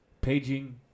Paging